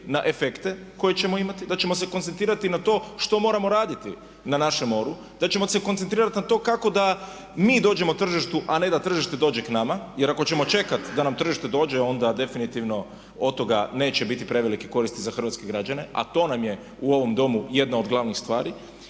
na efekte koje ćemo imati, da ćemo se koncentrirati na to što moramo raditi na našem moru, da ćemo se koncentrirati na to kako da mi dođemo tržištu, a ne da tržište dođe k nama. Jer ako ćemo čekati da nam tržište dođe, onda definitivno od toga neće biti prevelike koristi za hrvatske građane, a to nam je u ovom domu jedna od glavnih stvari.